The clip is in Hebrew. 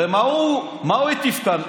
הרי מה הוא הטיף כאן?